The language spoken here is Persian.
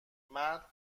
مرد